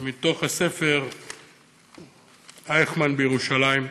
מתוך הספר "אייכמן בירושלים":